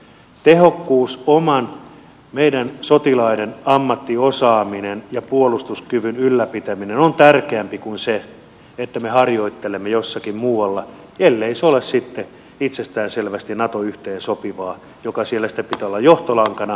tehokkuus meidän omien sotilaidemme ammattiosaaminen ja puolustuskyvyn ylläpitäminen on tärkeämpi kuin se että me harjoittelemme jossakin muualla ellei se ole sitten itsestään selvästi nato yhteensopivaa mikä siellä sitten pitää olla johtolankana mutta sitä en hyväksy